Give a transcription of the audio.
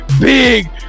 big